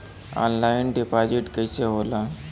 Online deposit कैसे होला?